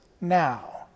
now